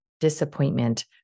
disappointment